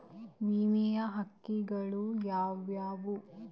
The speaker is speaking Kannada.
ವಿಮೆಯ ಹಕ್ಕುಗಳು ಯಾವ್ಯಾವು?